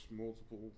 multiple